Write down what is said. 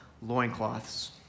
loincloths